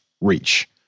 reach